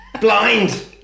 Blind